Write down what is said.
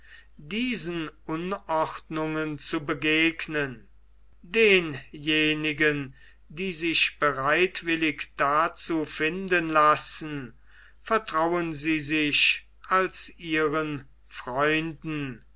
diesen unordnungen zu begegnen denjenigen die sich bereitwillig dazu finden lassen vertrauen sie sich als ihren freunden